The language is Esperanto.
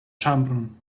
ĉambron